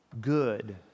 good